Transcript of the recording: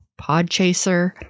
Podchaser